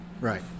right